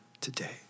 today